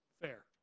fair